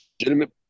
legitimate